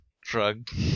Drug